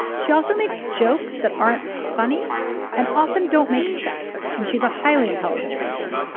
she also makes jokes that aren't funny and often don't make sense. and she's a highly intelligent person.